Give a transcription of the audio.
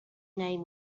name